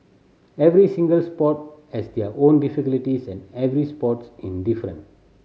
every single sport has their own and every sports in different